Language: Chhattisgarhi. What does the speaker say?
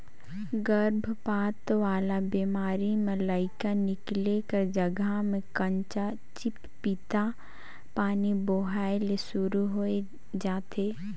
गरभपात वाला बेमारी में लइका निकले कर जघा में कंचा चिपपिता पानी बोहाए ले सुरु होय जाथे